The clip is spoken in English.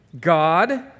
God